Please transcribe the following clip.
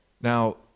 Now